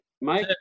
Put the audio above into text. Mike